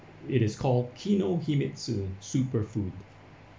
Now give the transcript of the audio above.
it is called kinohimitsu superfood